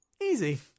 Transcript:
Easy